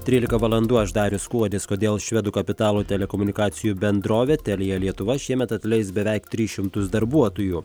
trylika valandų aš darius kuodis kodėl švedų kapitalo telekomunikacijų bendrovė telia lietuva šiemet atleis beveik trys šimtus darbuotojų